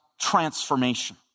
transformation